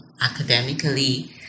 academically